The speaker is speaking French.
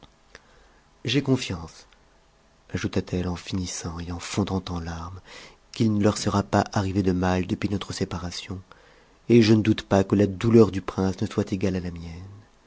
j'ai confiance ajouta-t-elle en finissant et en fondant en larmes qu'il ne leur sera pas arrivé de mal depuis notre séparation et je ne doute pas que la douleur du prince ne soit égale à la mienne